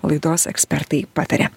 laidos ekspertai pataria